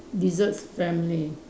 desserts family